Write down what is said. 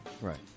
Right